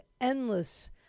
endless